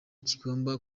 kigomba